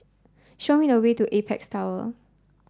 show me the way to Apex Tower